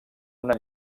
una